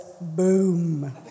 Boom